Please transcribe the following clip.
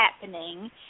happening